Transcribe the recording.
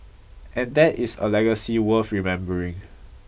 and that is a legacy worth remembering